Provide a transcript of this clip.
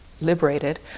liberated